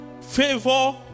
favor